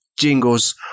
jingles